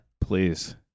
Please